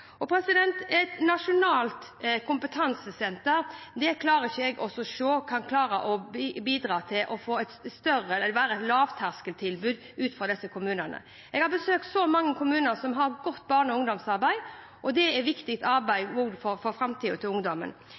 klarer ikke å se at et nasjonalt kompetansesenter kan bidra til å være et lavterskeltilbud i disse kommunene. Jeg har besøkt så mange kommuner som har et godt barne- og ungdomsarbeid. Det er et viktig arbeid for framtiden til ungdommen.